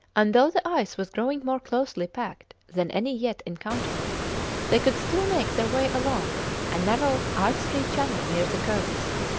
and though the ice was growing more closely packed than any yet encountered they could still make their way along a narrow ice-free channel near the coast.